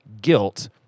guilt